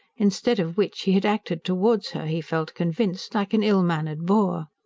instead of which he had acted towards her, he felt convinced, like an ill-mannered boor.